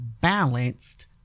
balanced